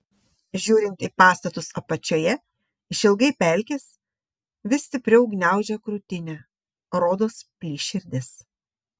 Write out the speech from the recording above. žiūrint į pastatus apačioje išilgai pelkės vis stipriau gniaužia krūtinę rodos plyš širdis